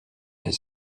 his